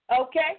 okay